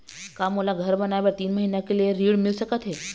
का मोला घर बनाए बर तीन महीना के लिए ऋण मिल सकत हे?